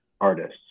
artists